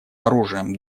оружием